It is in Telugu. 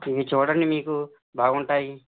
ఇది చూడండి మీకు బాగుంటాయి